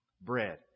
bread